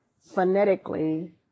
phonetically